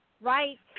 right